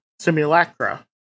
simulacra